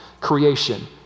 creation